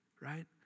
right